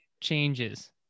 changes